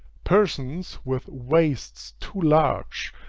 persons with waists too large,